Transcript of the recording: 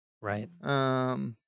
Right